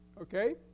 okay